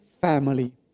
family